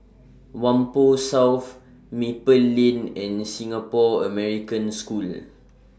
Whampoa South Maple Lane and Singapore American School